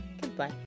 goodbye